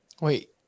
Wait